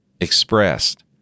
expressed